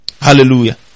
Hallelujah